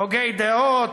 הוגי דעות,